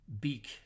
beak